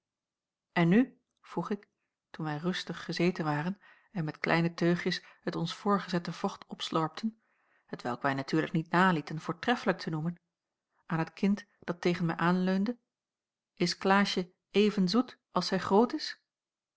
en nu vroeg ik toen wij rustig gezeten waren en met kleine teugjes het ons voorgezette vocht opslorpten t welk wij natuurlijk niet nalieten voortreffelijk te noemen aan het kind dat tegen mij aanleunde is klaasje even zoet als zij groot is